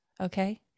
Okay